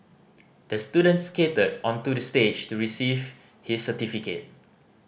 the student skated onto the stage to receive his certificate